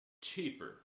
cheaper